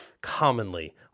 commonly